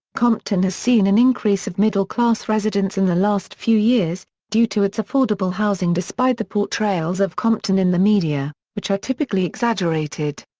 compton has seen an increase of middle-class residents in the last few years, due to its affordable housing despite the portrayals of compton in the media, which are typically exaggerated.